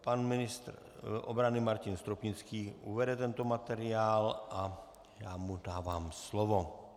Pan ministr obrany Martin Stropnický uvede tento materiál a já mu dávám slovo.